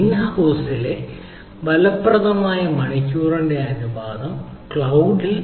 in house ലെ ഫലപ്രദമായ മണിക്കൂറിന്റെ അനുപാതം ക്ളൌഡ് 85